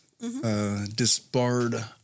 disbarred